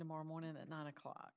tomorrow morning at nine o'clock